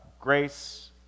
Grace